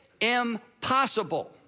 impossible